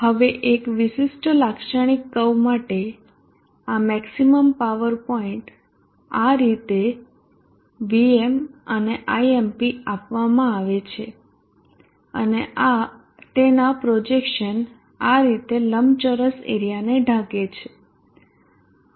હવે એક વિશિષ્ટ લાક્ષણિક કર્વ માટે આ મેક્ષીમમ પાવર પોઈન્ટ આ રીતે Vm અને Imp આપવામાં આવે છે અને તેનાં પ્રોજેક્શન આ રીતે લંબચોરસ એરીયાને ઢાંકે છે